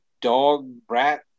dog-rat